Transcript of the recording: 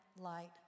light